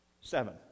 Seven